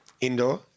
Indoor